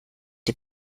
die